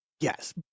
Yes